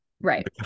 Right